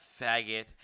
faggot